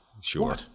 sure